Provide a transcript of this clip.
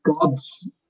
God's